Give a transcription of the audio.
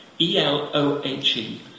E-L-O-H-E